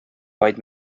vaid